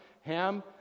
Ham